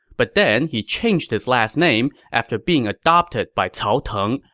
but then he changed his last name after being adopted by cao teng,